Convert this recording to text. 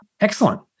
Excellent